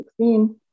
2016